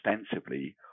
extensively